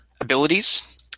abilities